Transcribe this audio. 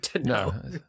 No